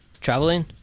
Traveling